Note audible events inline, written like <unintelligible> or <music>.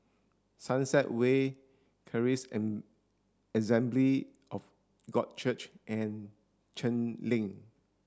Sunset Way Charis an <unintelligible> of God Church and Cheng Lin